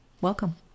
Welcome